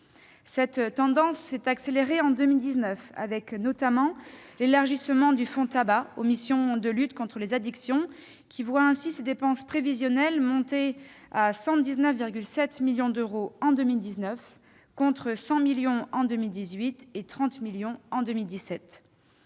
Cette tendance s'est accélérée en 2019, avec notamment l'élargissement des missions du fonds de lutte contre le tabac à la lutte contre les addictions, qui voit ainsi ses dépenses prévisionnelles s'élever à 119,7 millions d'euros en 2019, contre 100 millions en 2018 et 30 millions en 2017.